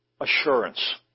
assurance